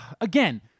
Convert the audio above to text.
again